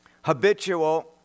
Habitual